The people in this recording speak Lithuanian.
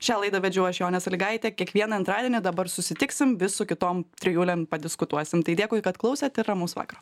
šią laidą vedžiau aš jonė salygaitė kiekvieną antradienį dabar susitiksim vis su kitom trijulėm padiskutuosim tai dėkui kad klausėt ir ramaus vakaro